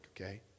okay